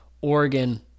Oregon